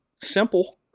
Simple